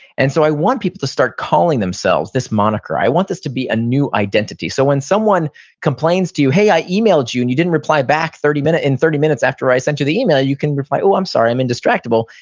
and so i want people to start calling themselves this moniker. i want this to be a new identity. so when someone complains to you, hey, i emailed you you and you didn't reply back in thirty minutes after i sent you the email. you can reply, oh, i'm sorry. i'm indistractable.